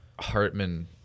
Hartman